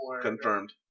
confirmed